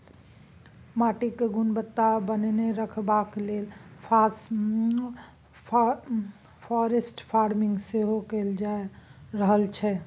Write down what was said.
माटिक गुणवत्ता बनेने रखबाक लेल फॉरेस्ट फार्मिंग सेहो कएल जा रहल छै